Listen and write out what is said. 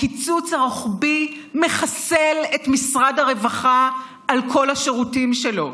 הקיצוץ הרוחבי מחסל את משרד הרווחה על כל השירותים שלו,